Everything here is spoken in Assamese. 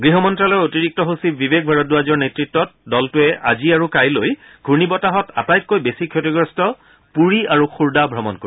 গৃহ মন্ত্যালয়ৰ অতিৰিক্ত সচিব বিবেক ভৰদ্বাজৰ নেত্ৰত্বৰ দলটোৱে আজি আৰু কাইলৈ ঘূৰ্ণীবতাহত আটাইতকৈ বেছি ক্ষতিগ্ৰস্ত পূৰী আৰু খুৰ্দা ভ্ৰমণ কৰিব